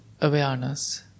awareness